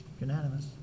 Unanimous